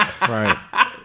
Right